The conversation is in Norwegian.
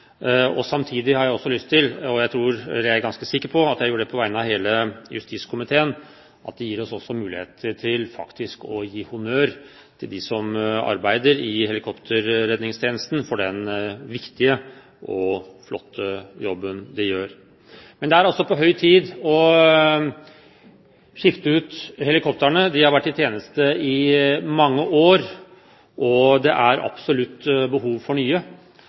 Samtidig har jeg lyst til – og jeg er ganske sikker på at jeg gjør det på vegne av hele justiskomiteen – faktisk å gi honnør til dem som arbeider i helikopterredningstjenesten, for den viktige og flotte jobben de gjør. Det er altså på høy tid å skifte ut helikoptrene. De har vært i tjeneste i mange år. Det er absolutt behov for nye,